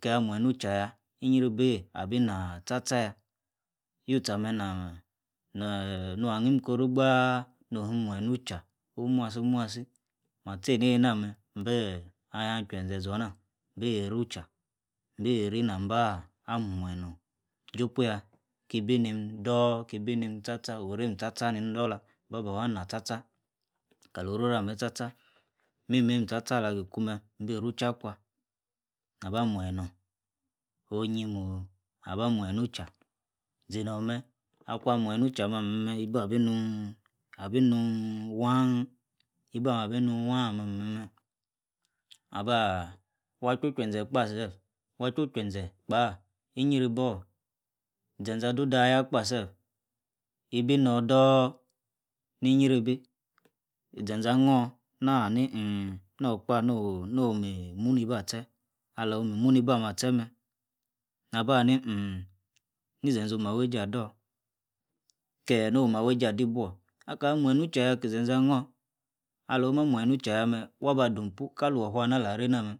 Kia muenyi nu- cha yah. inribeyi abi- nah tela- kia muenyi ah- meh naah. neeh nua him koru- gbaaa oha hi muenyi nucha. omuaso- muasi mah- tcheineina meh. imbe- ahia chwuenze zor- nah. imbi- rucha. imbiri namba. ah- muenyi norn. nah, jopuya kibi nim. Door!! kibi nim tcha- tcha orim tcha- tcha ni- dollar. amba- ba fuah nah tcha kalororah ah- meh tcha- tcha. mimeim tcha- tcha alagi kumeh. imbi rucha akwah. nah ba muenyi norn onyim oh. abah muenyi nu- cha zinor meh. akuan muenyi nu-cha ah meh- meh. ibi abi nuuun abi naan waanh. ibi ah- meh abi nuun waah ah- moh- meh. abaaah, kwuan chwo- chwueze kpasef kwuan chwo- chwutenzen kpaah. inyribot. zen- zen ado- dah yah kpa sef, ibi nor door!! niyribi zen- zen ah-hnor, na hani uhunnm, no- kpo no nomi munibi ah- tche. alomi munibi ah- meh ah tche meh. nabani uhmmm, nizen- zen oma weijei ador. keeh no mah wueijel adi bwor. aka mueyi nu cha yen ah- ki zen- zen ah nor, aloma muenyi nucha yah meh. yaba dunpu kaluor- fah nah alah reina- meh.